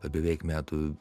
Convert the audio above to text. beveik metų